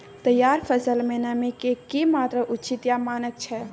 तैयार फसल में नमी के की मात्रा उचित या मानक छै?